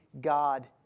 God